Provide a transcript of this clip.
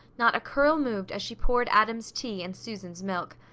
not a curl moved as she poured adam's tea and susan's milk.